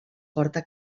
forta